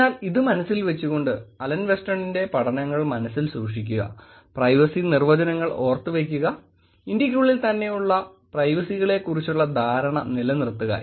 അതിനാൽ ഇത് മനസ്സിൽ വച്ചുകൊണ്ട് അലൻ വെസ്റ്റണിന്റെ പഠനങ്ങൾ മനസ്സിൽ സൂക്ഷിക്കുകപ്രൈവസി നിർവചങ്ങൾ ഓർത്തുവയ്ക്കുക ഇന്ത്യയ്ക്കുള്ളിൽ തന്നെയുള്ള പ്രൈവസിയെക്കുറിച്ചുള്ള ധാരണ നിലനിർത്തുക